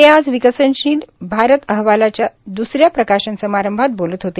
ते आज विकसनशील भारत अहवालाच्या द्रसऱ्या प्रकाशन समारंभात बोलत होते